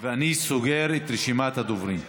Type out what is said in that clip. ואני סוגר את רשימת הדוברים.